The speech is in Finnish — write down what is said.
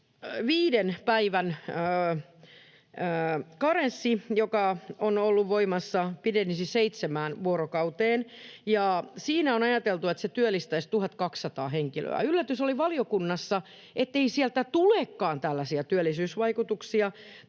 viiden päivän karenssi, joka on ollut voimassa, pitenisi seitsemään vuorokauteen. Siinä on ajateltu, että se työllistäisi 1 200 henkilöä. Valiokunnassa oli yllätys, ettei sieltä tulekaan tällaisia työllisyysvaikutuksia.